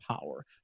power